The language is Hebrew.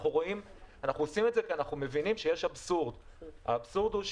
אנחנו עושים את זה כי אנחנו מבינים שיש אבסורד בכך שאנשים